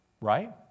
Right